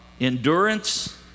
endurance